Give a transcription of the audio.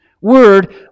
word